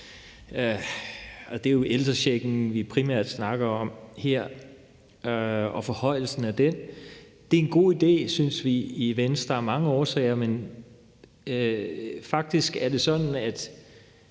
og det er jo ældrechecken, vi primært snakker om her, og forhøjelsen af den. Det er en god idé, synes vi i Venstre, af mange årsager. Men faktisk er det sådan, at